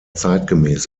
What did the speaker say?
zeitgemäß